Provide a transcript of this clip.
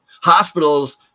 hospitals